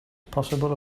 possible